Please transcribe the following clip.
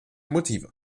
motive